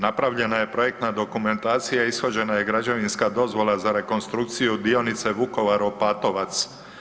Napravljena je projektna dokumentacija i ishođena je građevinska dozvola za rekonstrukciju dionice Vukovar-Opatovac.